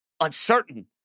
uncertain